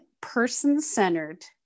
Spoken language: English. person-centered